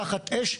תחת אש,